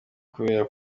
kubera